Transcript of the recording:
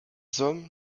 hommes